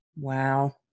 Wow